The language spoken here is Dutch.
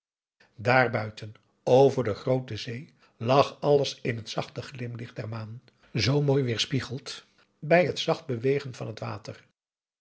daarbuiten over de groote zee lag alles in het zachte glimlicht der maan zoo mooi weerspiegeld bij het zacht bewegen van het water